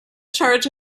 charge